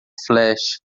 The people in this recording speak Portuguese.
flash